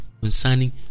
concerning